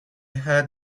heard